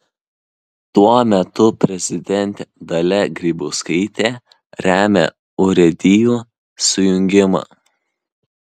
tuo metu prezidentė dalia grybauskaitė remia urėdijų sujungimą